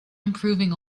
improving